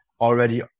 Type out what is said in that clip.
already